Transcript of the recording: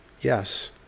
Yes